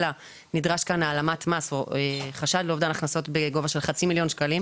אלא נדרש כאן חשד לאובדן הכנסות בגובה של חצי מיליון שקלים.